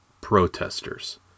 protesters